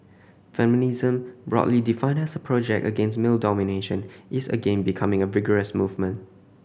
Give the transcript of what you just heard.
feminism broadly defined as a project against male domination is again becoming a vigorous movement